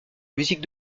musique